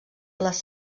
les